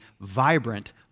vibrant